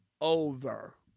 over